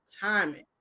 timing